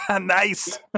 Nice